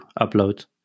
upload